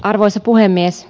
arvoisa puhemies